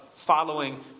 Following